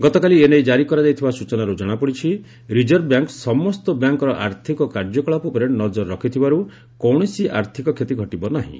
ଗତକାଲି ଏନେଇ କାରି କରାଯାଇଥିବା ସୂଚନାରୁ ଜଣାପଡ଼ିଛି ରିକର୍ଭ ବ୍ୟାଙ୍କ୍ ସମସ୍ତ ବ୍ୟାଙ୍କ୍ର ଆର୍ଥିକ କାର୍ଯ୍ୟକଳାପ ଉପରେ ନଜର ରଖିଥିବାରୁ କୌଣସି ଆର୍ଥକ କ୍ଷତି ଘଟିବ ନାହିଁ